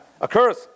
occurs